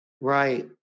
Right